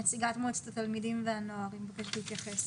נציגת מועצת התלמידים והנוער שמבקשת להתייחס.